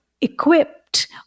equipped